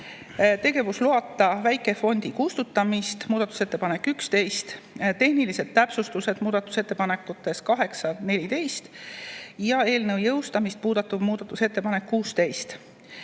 tegevusloata väikefondi kustutamine, muudatusettepanek nr 11, tehnilised täpsustused muudatusettepanekutes nr 8 ja 14, ning eelnõu jõustamist puudutav muudatusettepanek nr